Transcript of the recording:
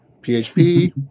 PHP